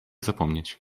zapomnieć